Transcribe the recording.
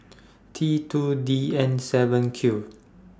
T two D N seven Q